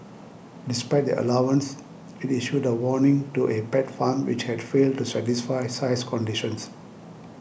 despite the allowance it issued a warning to a pet farm which had failed to satisfy size conditions